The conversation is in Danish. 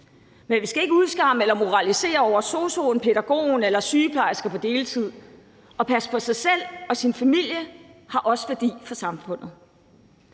Men vi skal ikke udskamme eller moralisere over sosu'en, pædagogen eller sygeplejersken på deltid. At passe på sig selv og sin familie har også værdi for samfundet.